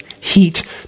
heat